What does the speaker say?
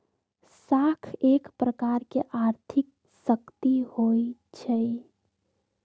साख एक प्रकार के आर्थिक शक्ति होइ छइ